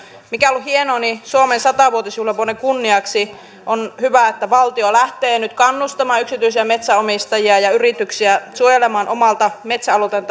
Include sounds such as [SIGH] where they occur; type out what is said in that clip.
mikä on ollut hienoa niin suomen satavuotisjuhlavuoden kunniaksi on hyvä että valtio lähtee nyt kannustamaan yksityisiä metsänomistajia ja yrityksiä suojelemaan omia metsäalueitaan [UNINTELLIGIBLE]